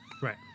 right